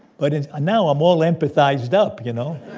but and now i'm all empathized up, you know?